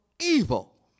evil